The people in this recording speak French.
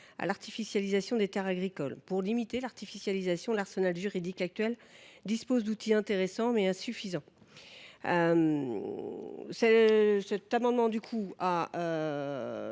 à l’artificialisation des terres agricoles. Pour limiter cette artificialisation, l’arsenal juridique actuel comporte des outils intéressants, mais insuffisants. Différentes